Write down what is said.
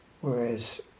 whereas